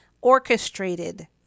orchestrated